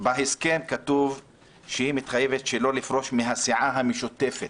בהסכם כתוב שהיא מתחייבת שלא לפרוש מהסיעה המשותפת.